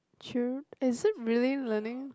true is it really learning